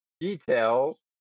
details